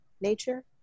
nature